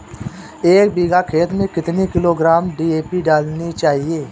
एक बीघा खेत में कितनी किलोग्राम डी.ए.पी डालनी चाहिए?